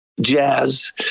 jazz